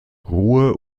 ruhe